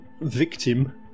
victim